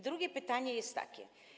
Drugie pytanie jest takie.